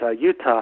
Utah